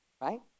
right